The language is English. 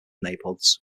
neighborhoods